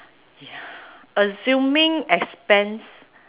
assuming expense